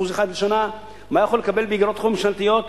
1% לשנה, מה הוא יכול לקבל באיגרות חוב ממשלתיות?